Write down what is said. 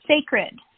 Sacred